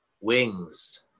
wings